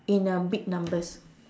in uh big numbers